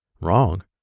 Wrong